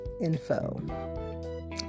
info